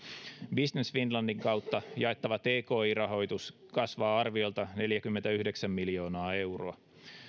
business finlandin kautta jaettava tki rahoitus kasvaa arviolta neljäkymmentäyhdeksän miljoonaa euroa